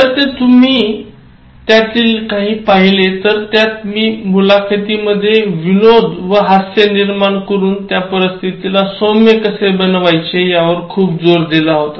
जर ते तुम्ही त्यातील काही पाहिले तर त्यात मी मुलाखतीमधेय विनोद व हास्य निर्माण करून त्या परिस्थितीला सौम्य कसे बनवायचे यावर खूप जोर दिला आहे